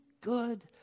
good